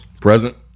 Present